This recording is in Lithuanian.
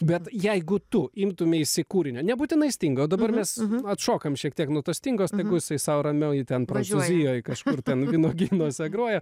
bet jeigu tu imtumeisi kūrinio nebūtinai stingo o dabar mes atšokam šiek tiek nuo to stingos tegu jisai sau ramiai ten prancuzijoj kažkur ten vynuogynuose groja